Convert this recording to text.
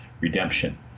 redemption